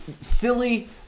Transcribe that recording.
silly